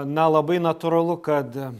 na labai natūralu kad